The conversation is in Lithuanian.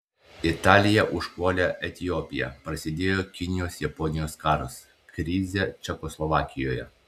italija užpuolė etiopiją prasidėjo kinijos japonijos karas krizė čekoslovakijoje